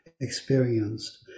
experienced